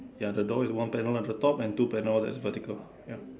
ya the door is one panel at the top and two panel that is vertical ya